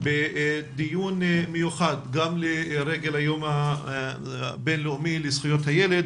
בדיון מיוחד גם לרגל היום הבינלאומי לזכויות הילד